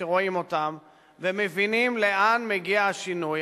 כשרואים אותם ומבינים לאן מגיע השינוי,